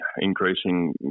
increasing